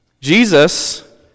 Jesus